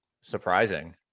Surprising